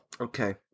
Okay